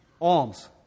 Alms